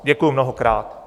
Děkuji mnohokrát.